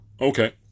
Okay